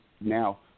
now